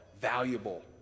Valuable